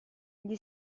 gli